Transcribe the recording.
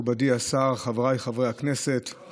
מכובדי השר, חבריי חברי הכנסת, השרים,